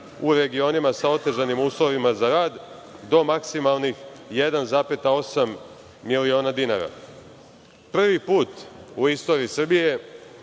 u regionima sa otežanim uslovima za rad do maksimalnih 1,8 miliona dinara. Prvi put u istoriji Srbije